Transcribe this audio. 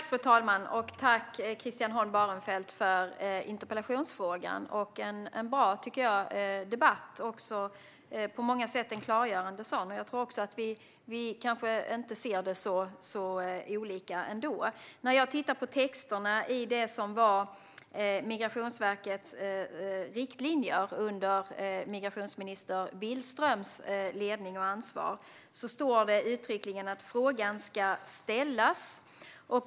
Fru talman! Tack, Christian Holm Barenfeld, för interpellationsfrågan och för en bra och på många sätt klargörande debatt! Jag tror inte heller att vi ser detta så olika. I det som var Migrationsverkets riktlinjer under migrationsminister Billströms ledning och ansvar står uttryckligen att frågan ska ställas.